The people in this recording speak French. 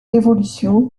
évolution